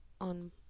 on